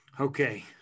Okay